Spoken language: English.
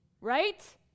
Right